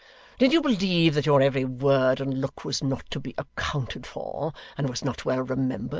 did you believe that your every word and look was not to be accounted for, and was not well remembered?